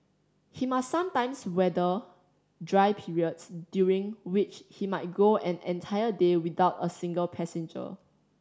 he must sometimes weather dry periods during which he might go and an entire day without a single passenger